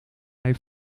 heeft